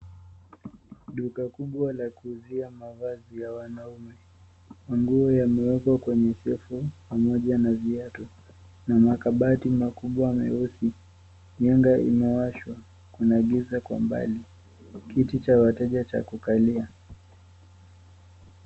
Duka kubwa la kuuzia mavazi ya wanaume. Nguo yamewekwa kwenye sefu pamoja na viatu na makabati makubwa meusi, mianga imewashwa, kuna giza kwa mbali. Kiti cha wateja cha kukalia.